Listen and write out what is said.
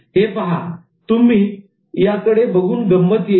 हे पहा तुम्हाला या कडे बघून गंमत येईल